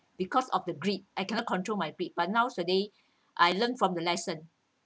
because of the greed I cannot control my breed but nowadays I learnt from the lesson